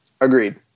agreed